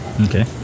Okay